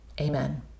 Amen